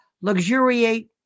luxuriate